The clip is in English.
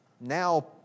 now